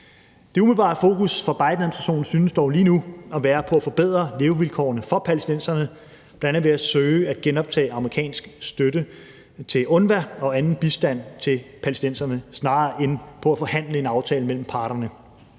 Det umiddelbare fokus fra Bidenadministrationen synes dog lige nu at være på at forbedre levevilkårene for palæstinenserne, bl.a. ved at søge at genoptage amerikansk støtte til UNRWA og anden bistand til palæstinenserne, snarere end på at forhandle en aftale mellem parterne.